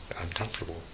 uncomfortable